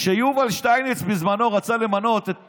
כשיובל שטייניץ בזמנו רצה למנות את